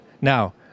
Now